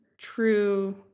true